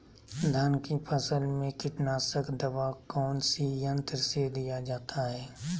धान की फसल में कीटनाशक दवा कौन सी यंत्र से दिया जाता है?